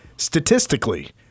Statistically